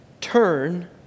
turn